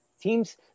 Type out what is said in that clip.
teams